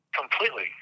Completely